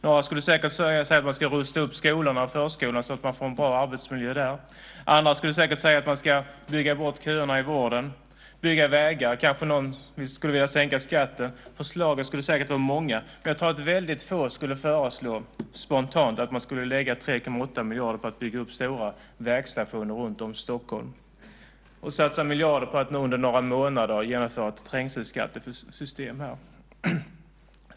Några skulle säkert säga att man ska rusta upp skolorna och förskolorna så att man får en bra arbetsmiljö där. Andra skulle säkert säga att man ska bygga bort köerna i vården eller bygga vägar. Kanske skulle någon vilja sänka skatten. Förslagen skulle säkert vara många. Jag tror att väldigt få spontant skulle föreslå att man skulle lägga 3,8 miljarder på att bygga upp stora vägstationer runt Stockholm, satsa miljarder för att på några månader genomföra ett trängselskattesystem här.